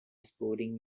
sporting